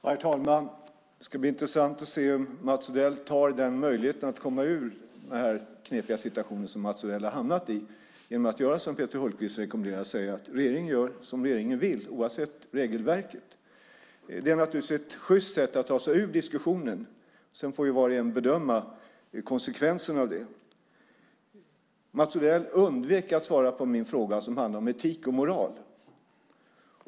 Herr talman! Det ska bli intressant att höra om Mats Odell tar möjligheten att komma ur den knepiga situation som Mats Odell har hamnat i genom att göra som Peter Hultqvist rekommenderar och säga att regeringen gör som regeringen vill oavsett regelverket. Det är ett sjyst sätt att ta sig ur diskussionen. Sedan får var och en bedöma konsekvensen av det. Mats Odell undvek att svara på min fråga som handlade om etik och moral.